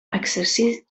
exercí